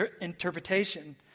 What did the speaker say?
interpretation